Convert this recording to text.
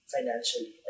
financially